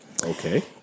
Okay